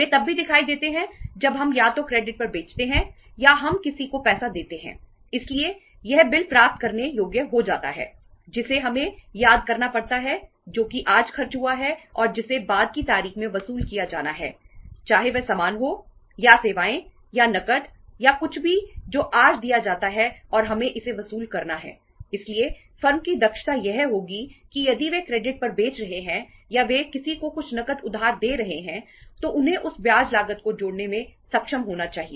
वे तब भी दिखाई देते हैं जब हम या तो क्रेडिट पर बेचते हैं या हम किसी को पैसा देते हैं इसलिए यह बिल प्राप्त करने योग्य हो जाता है जिसे हमें याद करना पड़ता है जो कि आज खर्च हुआ है और जिसे बाद की तारीख में वसूल किया जाना है चाहे वह सामान हो या सेवाएं या नकद या कुछ भी जो आज दिया जाता है और हमें इसे वसूल करना है इसलिए फर्म की दक्षता यह होगी कि यदि वे क्रेडिट पर बेच रहे हैं या वे किसी को कुछ नकद उधार दे रहे हैं तो उन्हें उस ब्याज लागत को जोड़ने में सक्षम होना चाहिए